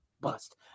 Bust